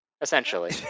Essentially